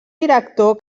director